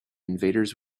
invaders